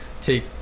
take